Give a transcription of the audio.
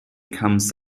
comes